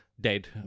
dead